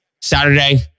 Saturday